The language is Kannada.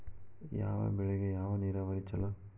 ಯಾವ ಬೆಳಿಗೆ ಯಾವ ನೇರಾವರಿ ಛಲೋ?